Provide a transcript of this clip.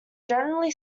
generally